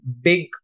big